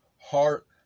heart